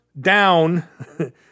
down